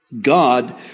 God